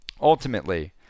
ultimately